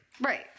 Right